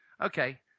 okay